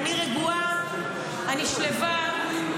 אני רגועה, אני שלווה.